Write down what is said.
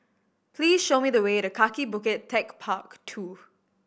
please show me the way to Kaki Bukit Techpark Two